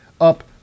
up